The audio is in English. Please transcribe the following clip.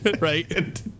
right